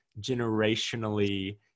generationally